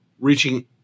reaching